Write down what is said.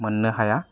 मोननो हाया